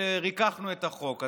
שריככנו את החוק.